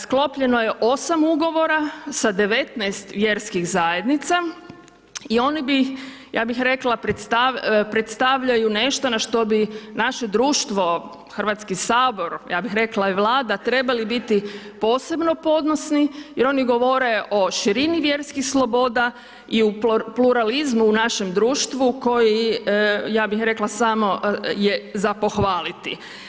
Sklopljeno je 8 ugovora sa 19 vjerskih zajednica i oni bi, ja bih rekla predstavljaju nešto na što bi naše društvo, Hrvatski sabor, ja bih rekla i Vlada trebali biti posebno ponosni, jer oni govore o širini vjerskih sloboda i u pluralizmu u našem društvu koji, ja bih rekla samo je za pohvaliti.